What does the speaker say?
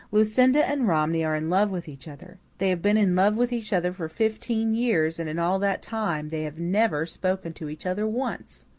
lucinda and romney are in love with each other. they have been in love with each other for fifteen years and in all that time they have never spoken to each other once!